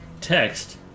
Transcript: text